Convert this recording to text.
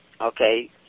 Okay